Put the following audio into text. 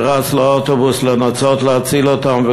שרץ לאוטובוס לנסות להציל אותם,